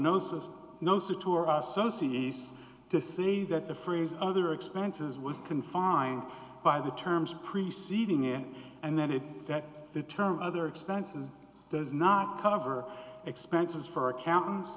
s to say that the phrase other expenses was confined by the terms preceding it and that it that the term other expenses does not cover expenses for accountants